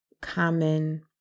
common